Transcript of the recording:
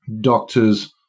doctors